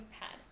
pad